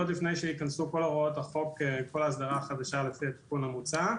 עוד לפני שייכנסו כל הוראות החוק וכל האסדרה החדשה לפי התיקון המוצע,